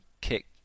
kick